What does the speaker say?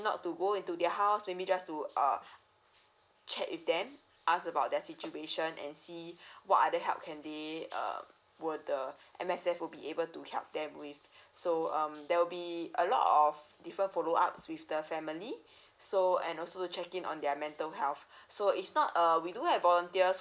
not to go into their house maybe just to err chat with them ask about their situation and see what other help can they um would a M_S_F would be able to help them with so um there will be a lot of different follow ups with the family so and also to check in on their mental health so if not err we do have volunteers